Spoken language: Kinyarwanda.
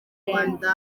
rwanda